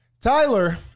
Tyler